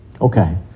okay